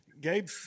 Gabe